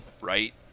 Right